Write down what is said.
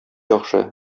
яхшы